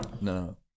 No